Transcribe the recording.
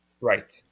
Right